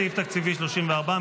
סעיף תקציבי 34,